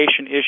issue